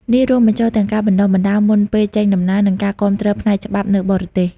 នេះរួមបញ្ចូលទាំងការបណ្តុះបណ្តាលមុនពេលចេញដំណើរ និងការគាំទ្រផ្នែកច្បាប់នៅបរទេស។